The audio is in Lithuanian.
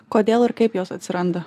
kodėl ir kaip jos atsiranda